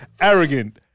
arrogant